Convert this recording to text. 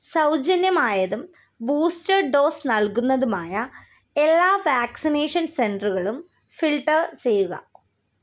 സൗജന്യമായതും booster dose നൽകുന്നതുമായ എല്ലാ vaccination സെൻററുകളും ഫിൽട്ടർ ചെയ്യുക